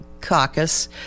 caucus